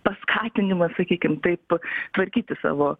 paskatinimas sakykim taip tvarkyti savo